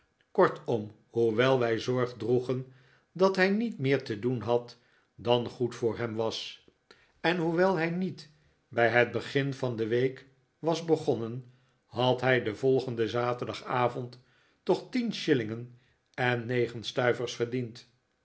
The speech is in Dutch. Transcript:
kortom hoewel wij zorg droegen dat hij niet meer te doen had dan goed voor hem was en hoewel hij niet bij het begin van de week was begonnen had hij den volgenden zaterdagavond toch tien shillingen en negen stuivers verdiend